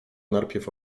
najpierw